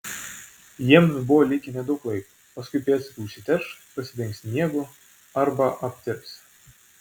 jiems buvo likę nedaug laiko paskui pėdsakai užsiterš pasidengs sniegu arba aptirps